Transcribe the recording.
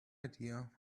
idea